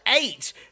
eight